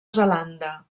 zelanda